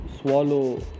swallow